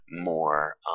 more